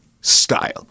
style